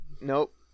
Nope